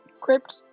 crypt